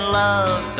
love